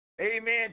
Amen